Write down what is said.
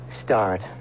Start